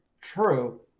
true